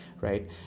Right